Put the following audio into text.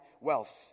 wealth